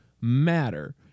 matter